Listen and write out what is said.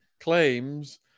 claims